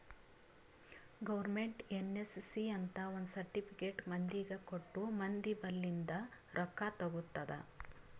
government NSC ಅಂತ್ ಒಂದ್ certificate ಮಂದಿಗ ಕೊಟ್ಟು ಮಂದಿ ಬಲ್ಲಿಂದ್ ರೊಕ್ಕಾ ತಗೊತ್ತುದ್